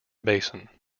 basin